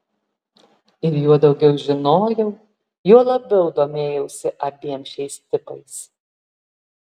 ir juo daugiau žinojau juo labiau domėjausi abiem šiais tipais